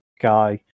Guy